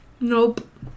Nope